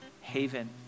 haven